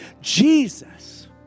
Jesus